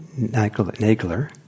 Nagler